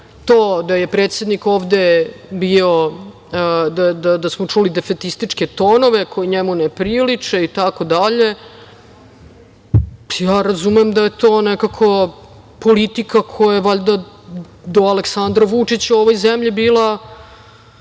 da je predsednik ovde bio, da smo čuli defetističke tonove koji njemu ne priliče itd, ja razumem da je to nekako politika koja je valjda do Aleksandra Vučića u ovoj zemlji bila